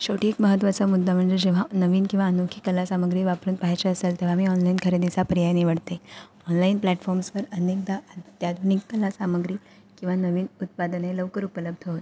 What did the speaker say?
शेवटी एक महत्त्वाचा मुद्दा म्हणजे जेव्हा नवीन किंवा अनोखी कलासामग्री वापरून पाहायचे असेल तेव्हा मी ऑनलाईन खरेदीचा पर्याय निवडते ऑनलाईन प्लॅटफॉर्म्सवर अनेकदा अत्याधुनिक कला सामग्री किंवा नवीन उत्पादने लवकर उपलब्ध होतात